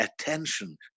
attention